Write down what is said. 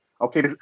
Okay